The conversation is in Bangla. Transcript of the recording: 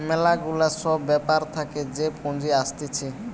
ম্যালা গুলা সব ব্যাপার থাকে যে পুঁজি আসতিছে